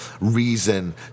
reason